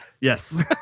Yes